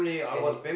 and